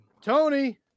Tony